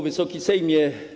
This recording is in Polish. Wysoki Sejmie!